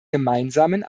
gemeinsamen